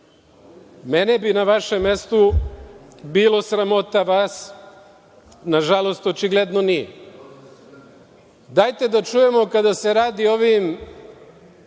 bi na vašem mestu bilo sramota. Vas, nažalost, očigledno nije. Dajte da čujemo kada se radi o ovim